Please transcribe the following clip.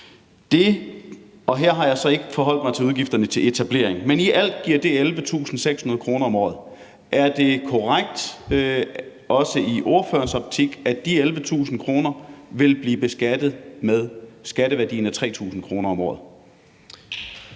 Og her har jeg så ikke forholdt mig til udgifterne til etableringen, men i alt giver det 11.600 kr. om året. Er det også i ordførerens optik korrekt, at de 11.600 kr. vil blive beskattet med skatteværdien af 3.000 kr. om året?